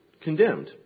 condemned